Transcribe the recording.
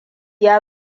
ya